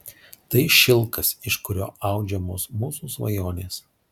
tai šilkas iš kurio audžiamos mūsų svajonės